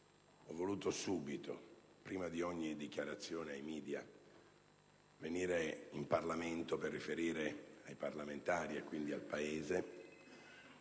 ho subito voluto, prima di ogni dichiarazione ai *media*, venire in Parlamento per riferire ai parlamentari e quindi al Paese